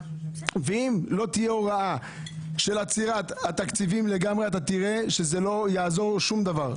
ואם לא תהיה הוראה של עצירת התקציבים לגמרי אתה תראה שלא יעזור שום דבר.